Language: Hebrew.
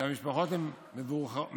שבו המשפחות הן מבורכות,